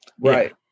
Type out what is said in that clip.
Right